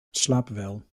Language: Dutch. slaapwel